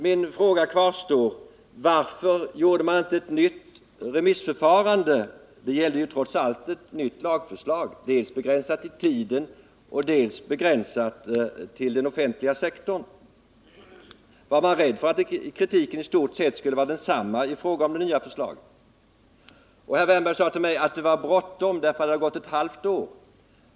Min fråga kvarstår: Varför gjorde man inte ett nytt remissförfarande? Det gällde ju trots allt ett nytt lagförslag, dels begränsat i tiden, dels begränsat till den offentliga sektorn. Var man rädd för att kritiken i stort sett skulle vara densamma i fråga om det nya förslaget? Herr Wärnberg sade till mig att det var bråttom därför att det hade gått ett halvt år.